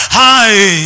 high